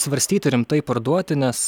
svarstyti rimtai parduoti nes